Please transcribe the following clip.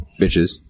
bitches